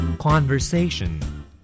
Conversation